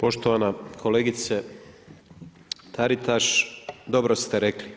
Poštovana kolegice Taritaš, dobro ste rekli.